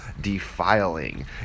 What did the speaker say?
defiling